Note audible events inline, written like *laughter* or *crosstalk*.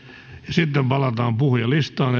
sitten palataan puhujalistaan *unintelligible*